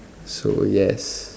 so yes